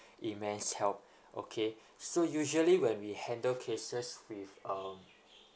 immense help okay so usually when we handle cases with um